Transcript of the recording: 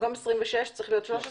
במקום 26 צריך להיות 13?